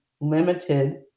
limited